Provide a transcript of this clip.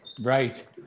Right